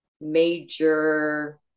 major